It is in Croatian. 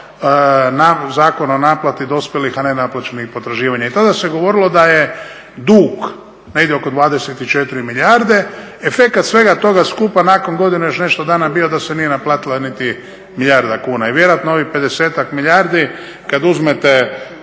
Zakon o naplati dospjelih, a nenaplaćenih potraživanja i tada se govorilo da je dug negdje oko 24 milijarde. Efekat svega toga skupa nakon godinu i još nešto dana je bio da se nije naplatila niti milijarda kuna i vjerojatno ovih 50-ak milijardi kad uzmete